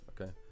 okay